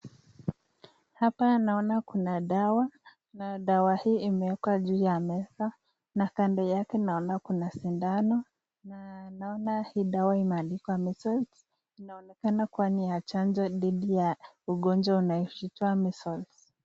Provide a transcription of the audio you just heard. Hapa naona kuna dawa na dawa hii imewekwa juu ya meza na kando yake naona kuna sindano, na naona hii dawa imeandikwa measles, inaonekana kuwa ni ya chanjo dhidi ya ugonjwa inayotowa measles.